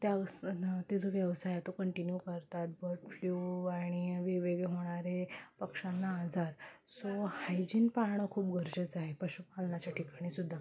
त्या ते जो व्यवसाय आहे तो कंटिन्यू करतात बर्ड फ्ल्यू आणि वेगवेगळे होणारे पक्ष्यांना आजार सो हायजीन पाळणं खूप गरजेचं आहे पशुपालनाच्या ठिकाणीसुद्धा